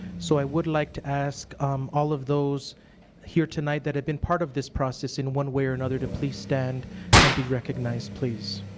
so i would like to ask um all of those here tonight that have been part of this process in one way or another to please stand and be recognized please.